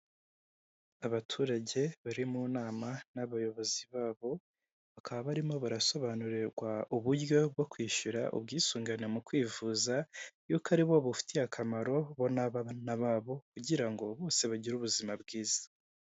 Abaturage bari mu nama n'abayobozi babo, bakaba barimo barasobanurirwa uburyo bwo kwishyura ubwisungane mu kwivuza, yuko aribo bufitiye akamaro bo n'abana babo kugira ngo bose bagire ubuzima bwiza.